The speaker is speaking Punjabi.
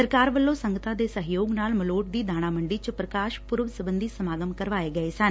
ਸਰਕਾਰ ਵੱਲੋ' ਸੰਗਤਾਂ ਦੇ ਸਹਿਯੋਗ ਨਾਲ ਮਲੋਟ ਦੀ ਦਾਣਾ ਮੰਡੀ 'ਚ ਪੁਕਾਸ਼ ਪੁਰਬ ਸਬੰਧੀ ਸਮਾਗਮ ਕਰਵਾਏ ਗਏ ਸਨ